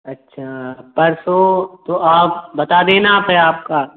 अच्छा परसों तो आप बता देना मे आपका